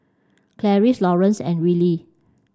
Laurence and Wiley